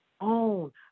own